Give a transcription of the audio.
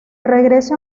regreso